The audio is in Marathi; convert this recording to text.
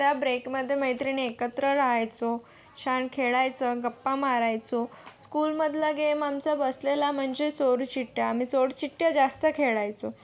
त्या ब्रेकमध्ये मैत्रिणी एकत्र राहायचो छान खेळायचो गप्पा मारायचो स्कूलमधला गेम आमचा बसलेला म्हणजे चोरचिठ्ठ्या आम्ही चोरचिठ्ठ्या जास्त खेळायचो